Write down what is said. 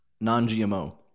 Non-GMO